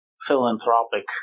philanthropic